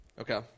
Okay